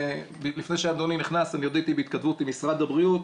לפני שאדוני נכנס אני הודיתי בהתכתבות עם משרד הבריאות,